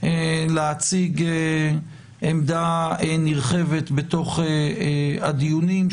להציג עמדה נרחבת בתוך הדיונים,